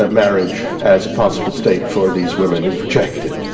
ah marriage as a possible state for these women is rejected,